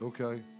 Okay